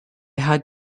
had